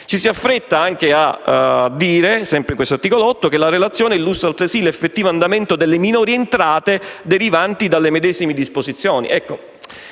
Ci si affretta anche a dire, sempre nell'articolo 8, che la relazione illustra l'effettivo andamento delle minori entrate derivanti dalle medesime disposizioni.